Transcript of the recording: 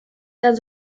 tan